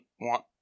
want